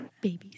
Babies